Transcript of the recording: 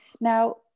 Now